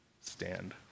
stand